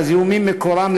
והזיהומים מקורם,